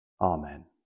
Amen